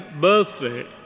birthday